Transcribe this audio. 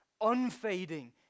Unfading